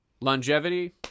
longevity